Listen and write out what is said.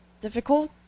difficult